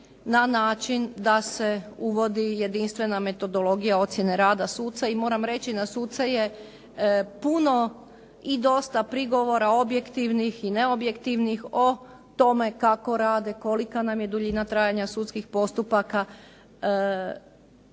na način da se uvodi jedinstvena metodologija ocjene rada suca i moram reći na suce je puno i dosta prigovora objektivnih i neobjektivnih o tome kako rade, kolika nam je duljina trajanja sudskih postupaka.